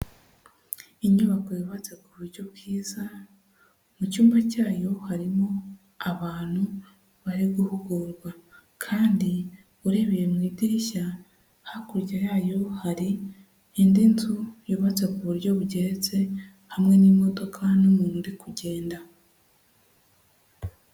Inyubako yubatse ku buryo bwiza, mu cyumba cyayo harimo abantu bari guhugurwa kandi urebereye mu idirishya, hakurya yayo hari indi nzu yubatse ku buryo bugeretse hamwe n'imodoka n'umuntu uri kugenda.